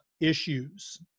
issues